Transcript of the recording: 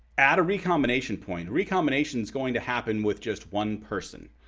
at a recombination point recombination is going to happen with just one person.